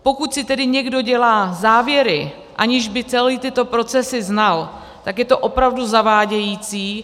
Pokud si tedy někdo dělá závěry, aniž by celé tyto procesy znal, tak je to opravdu zavádějící.